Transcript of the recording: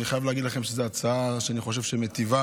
אני חייב להגיד לכם שזו הצעה שאני חושב שמיטיבה